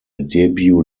debut